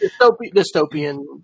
dystopian